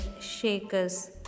shakers